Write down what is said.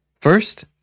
First